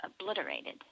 obliterated